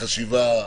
חשיבה.